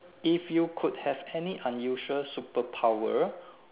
if you could have any unusual super power